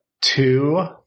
two